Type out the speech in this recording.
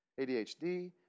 ADHD